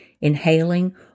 inhaling